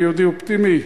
אני יהודי אופטימי,